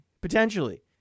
Potentially